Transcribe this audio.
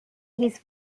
his